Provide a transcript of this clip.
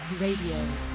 Radio